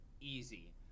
Easy